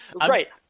Right